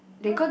not